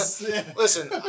listen